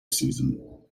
season